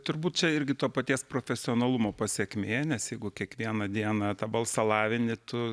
turbūt čia irgi to paties profesionalumo pasekmė nes jeigu kiekvieną dieną tą balsą lavini tu